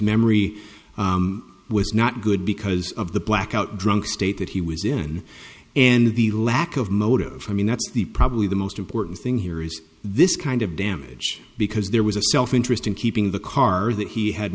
memory was not good because of the blackout drunk state that he was in and the lack of motive i mean that's the probably the most important thing here is this kind of damage because there was a self interest in keeping the car that he had